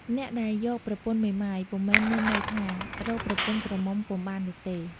អ្នកដែលយកប្រពន្ធមេម៉ាយ ពុំមែនមានន័យថា រកប្រពន្ធក្រមុំពុំបាននោះទេ ។